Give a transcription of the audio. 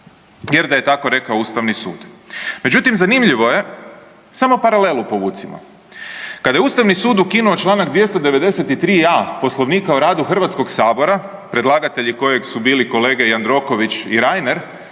jer da je tako rekao Ustavni sud. Međutim, zanimljivo je, samo paralelu povucimo, kad je Ustavni sud ukinuo čl. 293a Poslovnika o radu Hrvatskoga sabora, predlagatelji kojeg su bili kolega Jandroković i Reiner,